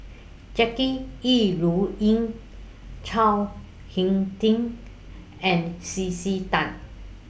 Jackie Yi Ru Ying Chao Hick Tin and C C Tan